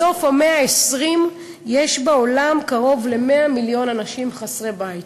בסוף המאה ה-20 יש בעולם קרוב ל-100 מיליון אנשים חסרי בית.